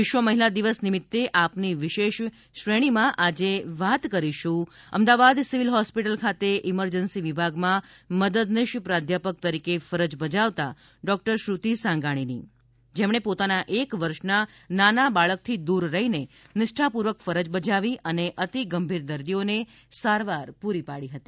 વિશ્વ મહિલા દિવસ નિમિત્તે આપની વિશેષ શ્રેણીમાં આજે વાત કરીશું અમદાવાદ સિવિલ હોસ્પિટલ ખાતે ઇમરજન્સી વિભાગમાં મદદનીશ પ્રાધ્યાપક તરીકે ફરજ બજાવતા ડો શ્રુતિ સાંગાણીની જેમણે પોતાના એક વર્ષના નાના બાળકથી દૂર રહીને નિષ્ઠાપૂર્વક ફરજ બજાવી હતી અને અતિ ગંભીર દર્દીઓને સારવાર પૂરી પાડી હતી